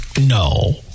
No